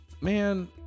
Man